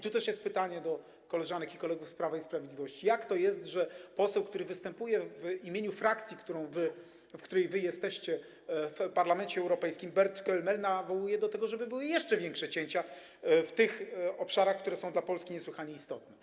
Tu też jest pytanie do koleżanek i kolegów z Prawa i Sprawiedliwości: Jak to jest, że Bernd Kölmel, czyli poseł, który występuje w imieniu frakcji, w której wy jesteście w Parlamencie Europejskim, nawołuje do tego, żeby były jeszcze większe cięcia w tych obszarach, które są dla Polski niesłychanie istotne?